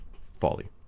folly